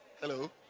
Hello